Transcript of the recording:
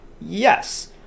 Yes